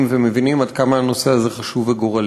ומבינים עד כמה הנושא הזה חשוב וגורלי.